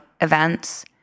events